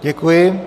Děkuji.